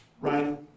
Right